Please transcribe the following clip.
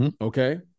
Okay